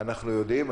אנחנו יודעים,